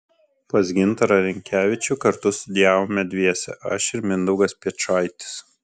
pas gintarą rinkevičių kartu studijavome dviese aš ir mindaugas piečaitis